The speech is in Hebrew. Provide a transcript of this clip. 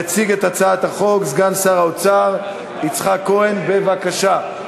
יציג את הצעת החוק סגן שר האוצר יצחק כהן, בבקשה.